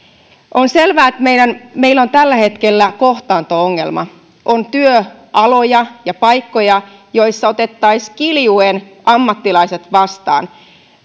on selvää että meillä on tällä hetkellä kohtaanto ongelma on työaloja ja paikkoja joissa otettaisiin kiljuen ammattilaiset vastaan